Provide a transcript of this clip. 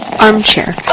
Armchair